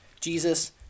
Jesus